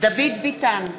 דוד ביטן,